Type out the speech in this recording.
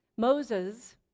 Moses